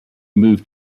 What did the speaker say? moved